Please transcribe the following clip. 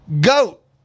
Goat